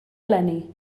eleni